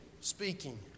speaking